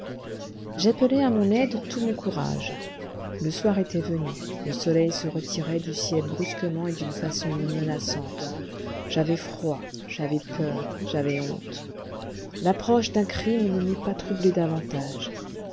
j'appelai à mon aide tout mon courage le soir était venu le soleil se retirait du ciel brusquement et d'une façon menaçante j'avais froid j'avais peur j'avais honte l'approche d'un crime ne m'eût pas troublé davantage